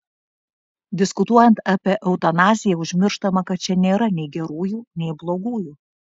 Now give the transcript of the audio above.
diskutuojant apie eutanaziją užmirštama kad čia nėra nei gerųjų nei blogųjų